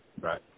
Right